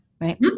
right